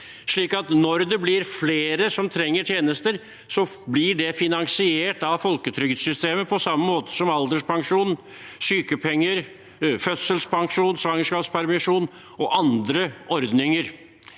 sånn at når det blir flere som trenger tjenester, blir det finansiert av folketrygdsystemet på samme måte som alderspensjon, sykepenger, fødselspermisjon, svangerskapspermisjon og andre ordninger.